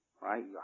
right